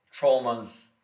traumas